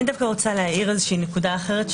אני דווקא רוצה להאיר איזושהי נקודה אחרת,